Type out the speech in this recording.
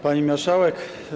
Pani Marszałek!